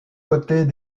côtés